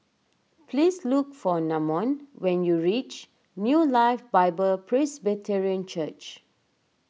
please look for Namon when you reach New Life Bible Presbyterian Church